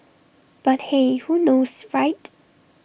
but hey who knows right